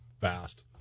Fast